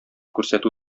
күрсәтү